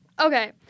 Okay